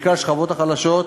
בעיקר בשכבות החלשות,